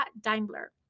Daimler